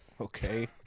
Okay